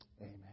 Amen